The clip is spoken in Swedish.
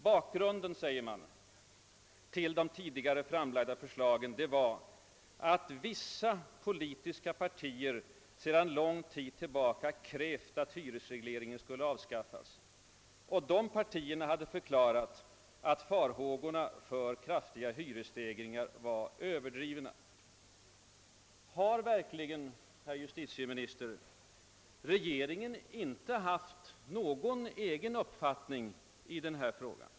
Man säger i regeringsskrivelsen att bakgrunden till de tidigare framlagda förslagen var, att »vissa politiska partier» sedan lång tid tillbaka krävt att hyresregleringen skulle avskaffas och att de partierna hade förklarat att farhågorna för kraftiga hyresstegringar var överdrivna. Har verkligen, herr justitieminister, regeringen inte haft någon egen uppfattning i denna fråga?